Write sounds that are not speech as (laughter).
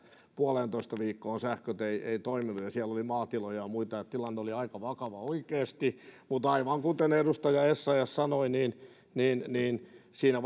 puoleentoista viikkoon sähköt eivät toimineet ja siellä oli maatiloja ja muita ja tilanne oli aika vakava oikeasti mutta aivan kuten edustaja essayah sanoi niin niin siinä (unintelligible)